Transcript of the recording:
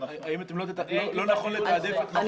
האם אתם לא נכון לתעדף את מחוז --- אני